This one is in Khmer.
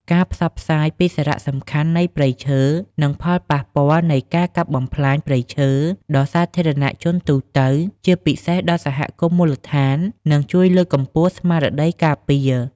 ការផ្សព្វផ្សាយពីសារៈសំខាន់នៃព្រៃឈើ និងផលប៉ះពាល់នៃការកាប់បំផ្លាញព្រៃឈើដល់សាធារណជនទូទៅ ជាពិសេសដល់សហគមន៍មូលដ្ឋាន នឹងជួយលើកកម្ពស់ស្មារតីការពារ។